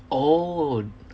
oh